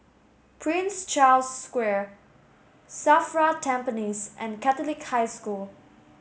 Prince Charles Square SAFRA Tampines and Catholic High School